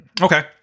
Okay